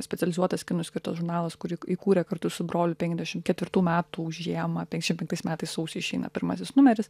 specializuotas kinui skirtas žurnalas kurį įk įkūrė kartu su broliu penkiasdešim ketvirtų metų žiemą penkiasšim penktais metais sausį išeina pirmasis numeris